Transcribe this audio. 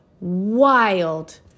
wild